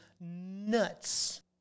nuts